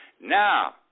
Now